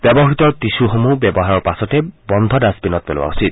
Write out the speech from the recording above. ব্যৱহাত টিছুসমূহ ব্যৱহাৰৰ পাছতে বন্ধ ডাট্টবিনত পেলোৱা উচিত